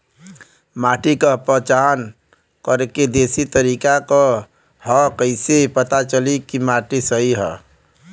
माटी क पहचान करके देशी तरीका का ह कईसे पता चली कि माटी सही ह?